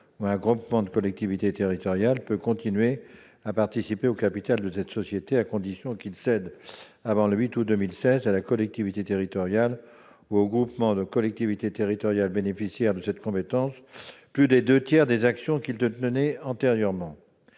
ou à un groupement de collectivités territoriales peut continuer de participer au capital de cette société à condition qu'il cède, avant le 8 août 2016, à la collectivité territoriale ou au groupement de collectivités territoriales bénéficiaire de cette compétence, plus des deux tiers des actions qu'il détenait antérieurement.